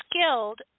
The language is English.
skilled